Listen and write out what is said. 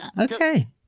Okay